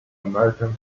american